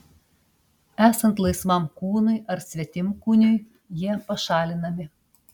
esant laisvam kūnui ar svetimkūniui jie pašalinami